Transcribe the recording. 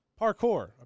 Parkour